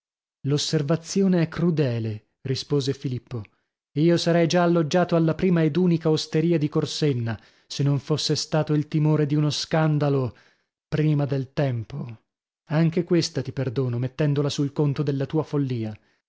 l'osservazione è crudele rispose filippo io sarei già alloggiato alla prima ed unica osteria di corsenna se non fosse stato il timore di uno scandalo prima del tempo anche questa ti perdono mettendola sul conto della tua follìa